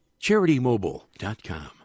CharityMobile.com